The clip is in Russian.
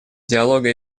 диалога